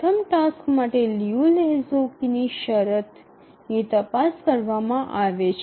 પ્રથમ ટાસ્ક માટે Liu Lehoczky શરત ની તપાસ કરવામાં આવે છે